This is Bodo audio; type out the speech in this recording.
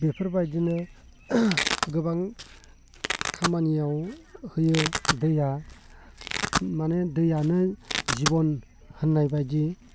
बेफोरबायदिनो गोबां खामानियाव होयो दैया माने दैयानो जिबन होननाय बायदि